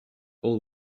all